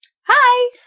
Hi